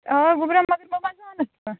آ گوٚبرہ مگر بہٕ مَہ زانَتھ ژٕ